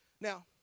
Now